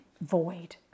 void